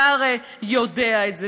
אתה הרי יודע את זה.